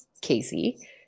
Casey